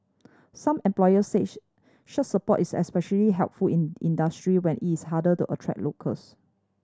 some employers said such support is especially helpful in industry where it is harder to attract locals